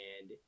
And-